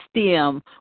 stem